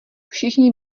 všichni